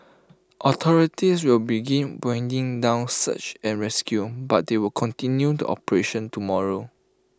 authorities will begin winding down search and rescue but they will continue the operation tomorrow